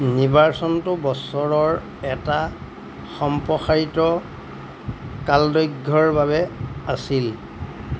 নিৰ্বাচনটো বছৰৰ এটা সম্প্ৰসাৰিত কালদৈৰ্ঘ্যৰ বাবে আছিল